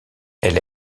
elle